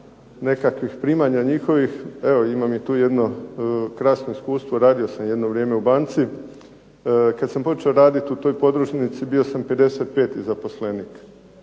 nekakvih primanja njihovih evo imam i tu jedno krasno iskustvo, radio sam jedno vrijeme u banci. Kad sam počeo radit u toj podružnici bio sam 55. zaposlenik.